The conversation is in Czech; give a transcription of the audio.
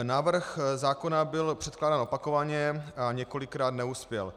Návrh zákona byl předkládán opakovaně, několikrát neuspěl.